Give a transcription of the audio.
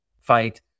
fight